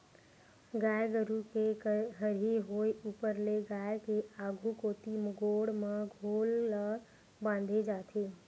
गाय गरु के हरही होय ऊपर ले गाय के आघु कोती गोड़ म खोल ल बांधे जाथे